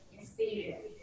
experience